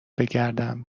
بگردم